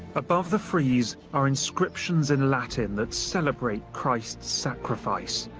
above the frieze are inscriptions in latin that celebrate christ's sacrifice.